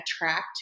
attract